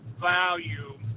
value